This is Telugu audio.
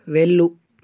వెళ్ళు